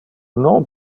non